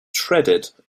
shredded